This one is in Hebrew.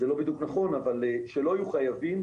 זה לא בדיוק נכון, אבל שלא היו חייבים,